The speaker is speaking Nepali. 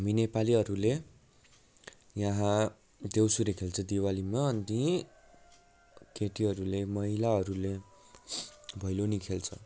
हामी नेपालीहरूले यहाँ देवसुरे खेल्छ दिवालीमा अनि केटीहरूले महिलाहरूले भैलिनी खेल्छ